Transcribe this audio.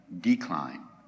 decline